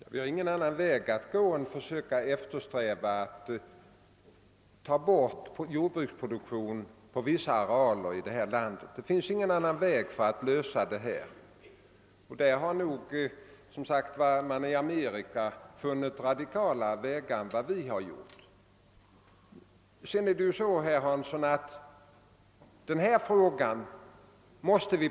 Herr talman! Det finns ingen annan väg att gå än att försöka lägga ner jordbruksproduktionen på vissa arealer här i landet. Det går inte att lösa problemen på annat sätt. Där har amerikanerna också slagit in på mera radikala vägar än vi.